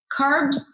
carbs